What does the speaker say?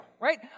Right